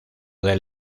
del